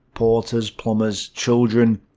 porters, plumbers, children.